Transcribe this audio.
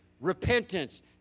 repentance